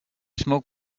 smoke